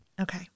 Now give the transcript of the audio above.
Okay